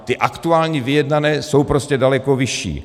Ty aktuální vyjednané jsou prostě daleko vyšší.